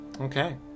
Okay